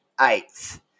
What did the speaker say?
eighth